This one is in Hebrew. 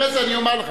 אחרי זה אני אומר לך.